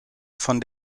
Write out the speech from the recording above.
von